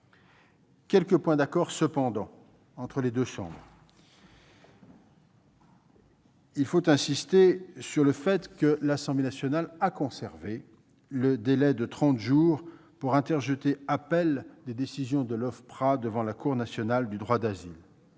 quelques points d'accord entre les deux chambres. Il faut insister sur le fait que l'Assemblée nationale a conservé le délai de trente jours pour interjeter appel des décisions de l'OFPRA devant la Cour nationale du droit d'asile-